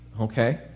Okay